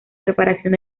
preparación